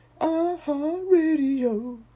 iHeartRadio